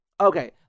Okay